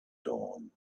dawn